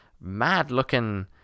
mad-looking